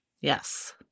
Yes